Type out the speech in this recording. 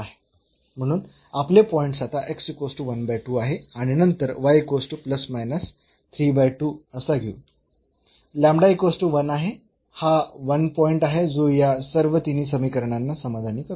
म्हणून आपले पॉईंट्स आता आहे आणि नंतर हा असा घेऊ आहे हा 1 पॉईंट आहे जो या सर्व तिन्ही समीकरणांना समाधानी करतो